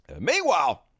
Meanwhile